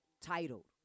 titled